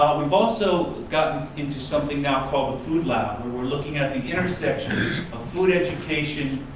we've also gotten into something now called the food lab, where we're looking at the intersection of food education,